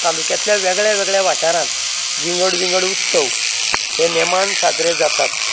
तालुक्यांतल्या वेगळ्या वेगळ्या वाठारांत विंगड विंगड उत्सव हे नेमान साजरे जातात